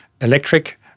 electric